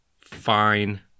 Fine